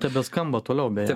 tebeskamba toliau beje